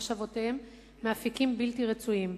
מחשבותיהם מאפיקים בלתי רצויים.